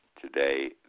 today